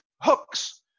hooks